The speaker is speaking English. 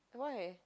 why